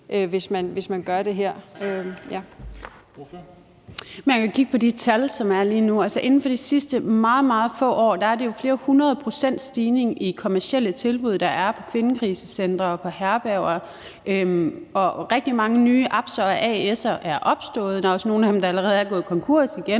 Skipper (EL): Man kan jo kigge på de tal, som der er lige nu. Inden for de sidste meget, meget få år har der jo været flere hundrede procents stigning i de kommercielle tilbud på kvindekrisecenter- og herbergsområdet. Rigtig mange nye aps'er og A/S'er er opstået. Der er også nogle af dem, der allerede er gået konkurs igen.